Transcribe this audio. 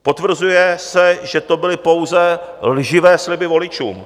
Potvrzuje se, že to byly pouze lživé sliby voličům.